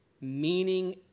meaning